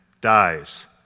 dies